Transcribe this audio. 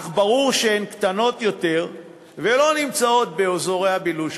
אך ברור שהן קטנות יותר ולא נמצאות באזורי הביקוש.